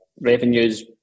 revenues